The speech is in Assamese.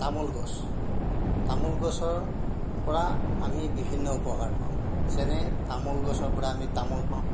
তামোল গছ তামোল গছৰ পৰা আমি বিভিন্ন উপকাৰ পাওঁ যেনে তামোল গছৰ পৰা আমি তামোল পাওঁ